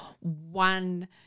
one